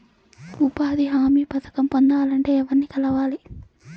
ఉపాధి హామీ పథకం పొందాలంటే ఎవర్ని కలవాలి?